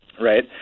right